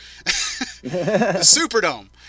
Superdome